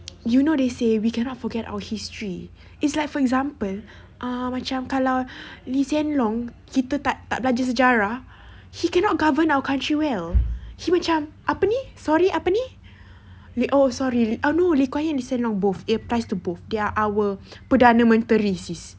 you know they say we cannot forget our history it's like for example um macam kalau lee hsien loong kita kita tak belajar sejarah he cannot govern our country well he macam apa ni sorry apa ni we oh sorry err no lee kuan yew and lee hsien loong both it applies to both they're our perdana menteri sis